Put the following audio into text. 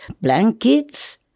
blankets